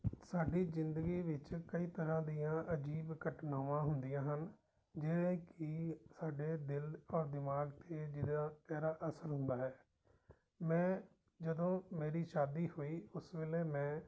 ਸਾਡੀ ਜ਼ਿੰਦਗੀ ਵਿੱਚ ਕਈ ਤਰ੍ਹਾਂ ਦੀਆਂ ਅਜੀਬ ਘਟਨਾਵਾਂ ਹੁੰਦੀਆਂ ਹਨ ਜਿਵੇਂ ਕਿ ਸਾਡੇ ਦਿਲ ਔਰ ਦਿਮਾਗ 'ਤੇ ਜਿਹਦਾ ਗਹਿਰਾ ਅਸਰ ਹੁੰਦਾ ਹੈ ਮੈਂ ਜਦੋਂ ਮੇਰੀ ਸ਼ਾਦੀ ਹੋਈ ਉਸ ਵੇਲੇ ਮੈਂ